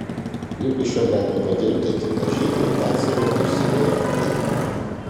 juk iš jo galima padirbdinti mažytį ir batsiuvio ir siuvėjo peiliuką